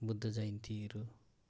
Buddha जयन्तीहरू